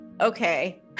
okay